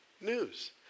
news